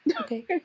Okay